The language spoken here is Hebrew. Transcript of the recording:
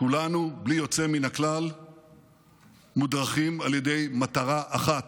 כולנו בלי יוצא מן הכלל מודרכים על ידי מטרה אחת: